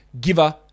giver